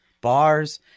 bars